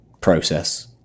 process